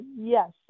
Yes